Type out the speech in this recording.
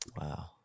wow